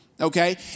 Okay